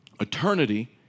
eternity